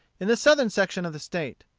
in the southern section of the state.